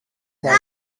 tago